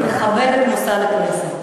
מכבד את מוסד הכנסת.